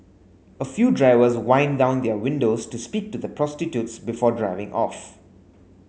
a few drivers wind down their windows to speak to the prostitutes before driving off